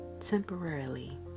Temporarily